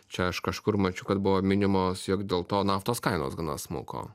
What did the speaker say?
čia aš kažkur mačiau kad buvo minimos jog dėl to naftos kainos gana smuko